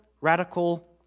radical